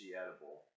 edible